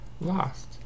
lost